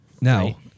Now